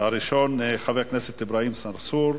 הראשון, חבר הכנסת אברהים צרצור.